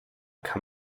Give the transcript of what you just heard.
kann